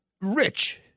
Rich